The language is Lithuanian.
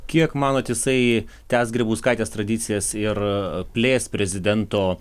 kiek manot jisai tęs grybauskaitės tradicijas ir plės prezidento